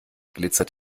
glitzert